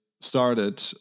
started